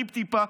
טיפ-טיפה,